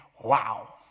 wow